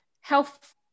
health